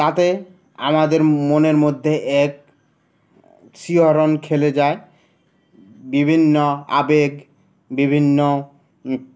তাতে আমাদের মনের মধ্যে এক শিহরণ খেলে যায় বিভিন্ন আবেগ বিভিন্ন